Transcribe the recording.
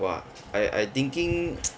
!wah! I I thinking